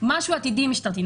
משהו עתידי משטרתי,